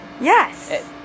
yes